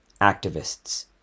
activists